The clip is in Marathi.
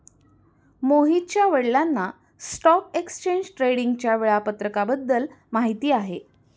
मोहितच्या वडिलांना स्टॉक एक्सचेंज ट्रेडिंगच्या वेळापत्रकाबद्दल माहिती आहे